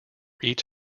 each